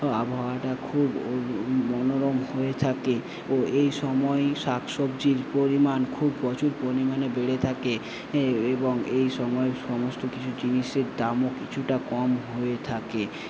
আবহাওয়াটা খুব মনোরম হয়ে থাকে ও এই সময়েই শাকসবজির পরিমাণ খুব প্রচুর পরিমাণে বেড়ে থাকে এ এবং এই সময়ে সমস্ত কিছু জিনিসের দামও কিছুটা কম হয়ে থাকে